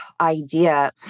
idea